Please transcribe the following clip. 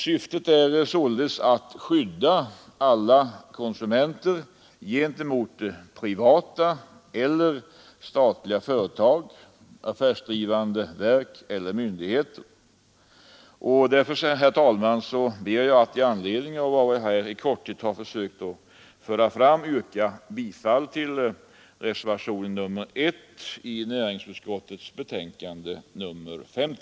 Syftet är alltså att skydda alla konsumenter gentemot privata eller statliga företag, affärsdrivande verk eller myndigheter. Herr talman! Med hänvisning till vad jag här i korthet har försökt föra fram ber jag att få yrka bifall till reservationen 1.